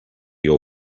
your